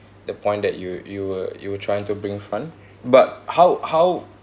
the point that you you were you were trying to bring front but how how